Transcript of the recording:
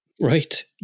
Right